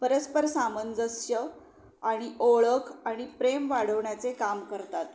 परस्पर सामंजस्य आणि ओळख आणि प्रेम वाढवण्याचे काम करतात